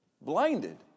blinded